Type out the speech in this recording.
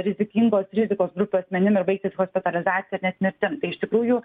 rizikingos rizikos grupių asmenim ir baigtis hospitalizacija ir net mirtim tai iš tikrųjų